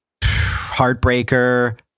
Heartbreaker